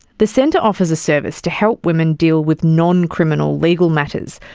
the centre offers a service to help women deal with non-criminal legal matters,